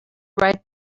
write